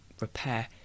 repair